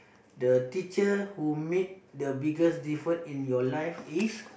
the teacher who made the biggest different in your life is